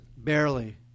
Barely